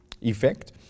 effect